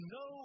no